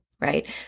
right